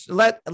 let